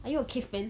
are you okay friend